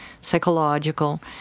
psychological